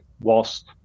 whilst